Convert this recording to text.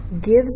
gives